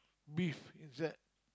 beef inside